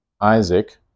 Isaac